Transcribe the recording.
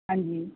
ਹਾਂਜੀ